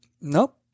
nope